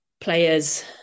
players